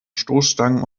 stoßstangen